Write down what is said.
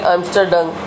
Amsterdam